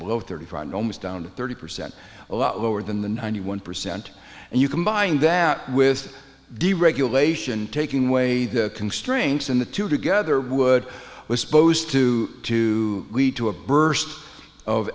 below thirty five and almost down to thirty percent a lot lower than the ninety one percent and you combine that with deregulation taking away the constraints and the two together would was supposed to to lead to a burst of